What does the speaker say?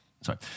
Sorry